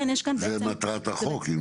זו מטרת החוק.